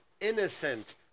innocent